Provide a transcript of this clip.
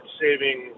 saving